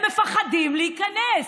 הם מפחדים להיכנס.